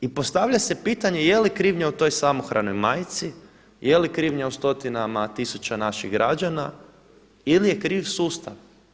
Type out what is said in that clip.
I postavlja se pitanje je li krivnja u toj samohranoj majci, je li krivnja u stotinama tisuća naših građana ili je kriv sustav.